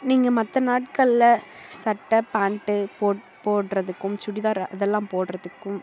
நீங்கள் மற்ற நாட்களில் சட்டை பேண்ட்டு போடுறதுக்கும் சுடிதார் அதெல்லாம் போடுறதுக்கும்